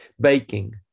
baking